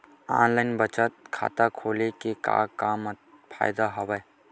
online बचत खाता खोले के का का फ़ायदा हवय